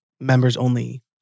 members-only